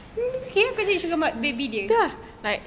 okay ah kau jadi sugar m~ baby dia